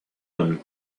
him